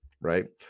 right